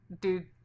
Dude